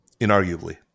inarguably